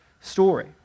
story